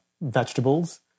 vegetables